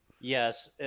Yes